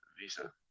visa